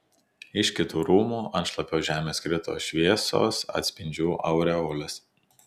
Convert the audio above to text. iš kitų rūmų ant šlapios žemės krito šviesos atspindžių aureolės